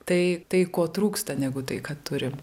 tai tai ko trūksta negu tai ką turim